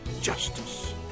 justice